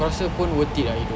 kau rasa pun worth it tak hidup